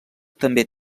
també